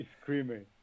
screaming